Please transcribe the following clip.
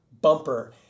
bumper